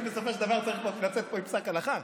אני בסופו של דבר צריך לצאת פה עם פסק הלכה.